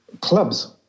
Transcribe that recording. clubs